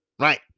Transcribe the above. right